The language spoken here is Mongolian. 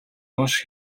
хойш